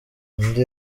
undi